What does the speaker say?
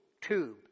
tube